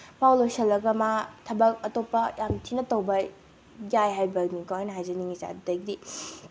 ꯐꯥꯎ ꯂꯣꯏꯁꯤꯜꯂꯒ ꯃꯥ ꯊꯕꯛ ꯑꯇꯣꯞꯄ ꯌꯥꯝ ꯊꯤꯅ ꯇꯧꯕ ꯌꯥꯏ ꯍꯥꯏꯕꯅꯤꯀꯣ ꯑꯩꯅ ꯍꯥꯏꯖꯅꯤꯡꯉꯤꯁꯦ ꯑꯗꯨꯗꯒꯤꯗꯤ